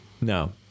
No